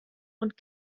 und